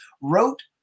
wrote